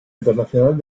internacional